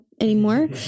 anymore